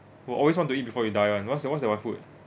will always want to eat before you die [one] what's your what's that one food